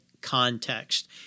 context